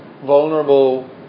vulnerable